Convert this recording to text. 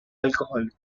alcoholic